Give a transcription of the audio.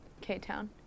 k-town